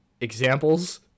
examples